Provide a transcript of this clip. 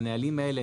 והנהלים האלה,